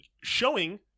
showing